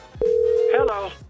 Hello